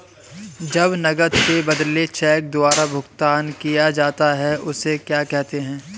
जब नकद के बदले चेक द्वारा भुगतान किया जाता हैं उसे क्या कहते है?